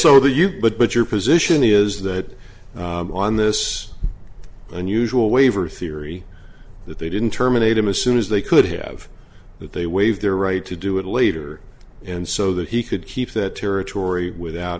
they you but but your position is that on this unusual waiver theory that they didn't terminate him a soon as they could have that they waive their right to do it later and so that he could keep that territory without